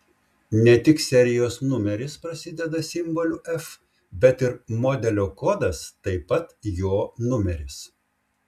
ne tik serijos numeris prasideda simboliu f bet ir modelio kodas taip pat jo numeris